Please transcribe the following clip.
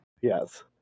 yes